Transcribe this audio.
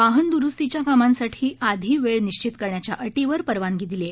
वाहन दुरुस्तीच्या कामांसाठी आधी वेळ निश्वित करण्याच्या अटीवर परवानगी दिली आहे